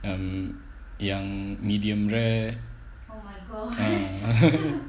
um yang medium rare ah